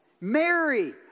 Mary